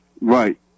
Right